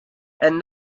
and